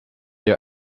your